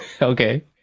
okay